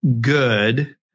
good